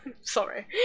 sorry